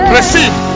Receive